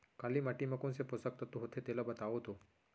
काली माटी म कोन से पोसक तत्व होथे तेला बताओ तो?